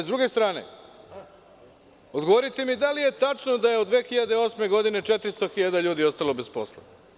S druge strane, odgovorite mi da li je tačno da je od 2008. godine 400.000 ljudi ostalo bez posla?